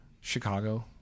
Chicago